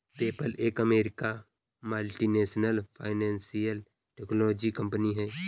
PayPal एक अमेरिकी multinational financial technology company है